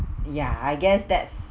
yeah I guess that's